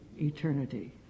eternity